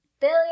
Billy